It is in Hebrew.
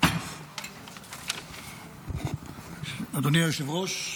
אדוני היושב-ראש,